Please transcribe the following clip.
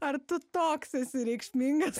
ar tu toks esi reikšmingas